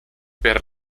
per